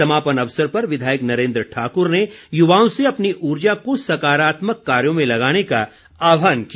समापन अवसर पर विधायक नरेन्द्र ठाकुर ने युवाओं से अपनी ऊर्जा को सकारात्मक कार्यों में लगाने का आह्वान किया